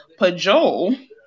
Pajol